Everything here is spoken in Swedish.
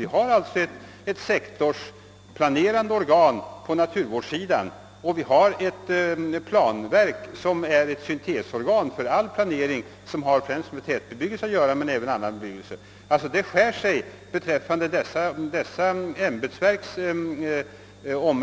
Vi har ett sektorsplanerande organ på naturvårdssidan och ett planverk som är ett syntesorgan för all planering, främst tätbebyggelseplaneringen och liknande, och där skär det sig litet, när